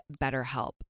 BetterHelp